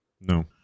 No